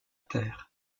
terre